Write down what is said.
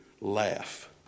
laugh